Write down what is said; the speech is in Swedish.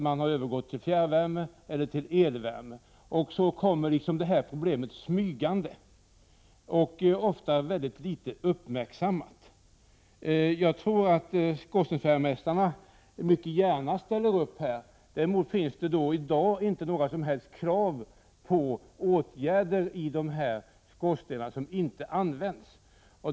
Man har övergått till fjärrvärme eller elvärme. Sedan har det här problemet kommit smygande. Ofta uppmärksammas det väldigt litet. Jag tror att skorstensfejarmästarna mycket gärna ställer upp i detta sammanhang. Däremot finns det i dag inte några som helst krav på åtgärder när det gäller skorstenar som inte används.